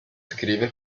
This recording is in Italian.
scrive